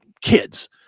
kids